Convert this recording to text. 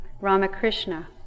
Ramakrishna